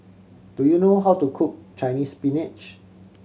do you know how to cook Chinese Spinach